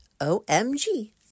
O-M-G